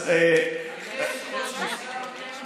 אדוני היושב-ראש, יש שר במליאה?